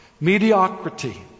mediocrity